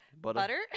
Butter